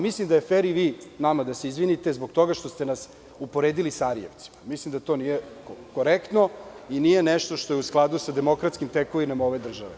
Mislim da je fer da se i vi nama izvinete zbog toga što ste nas uporedili sa Arijevcima i mislim da to nije korektno i nije nešto što je u skladu sa demokratskim tekovinama ove države.